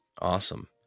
Awesome